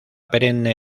perenne